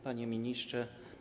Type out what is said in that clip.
Panie Ministrze!